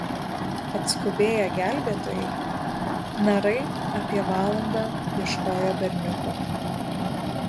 atskubėję gelbėtojai narai apie valandą ieškojo berniuko